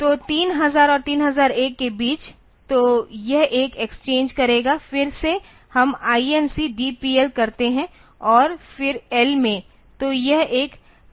तो 3000 और 3001 के बीच तो यह एक एक्सचेंज करेगा फिर से हम INC DPL करते हैं और फिर L में